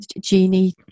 genie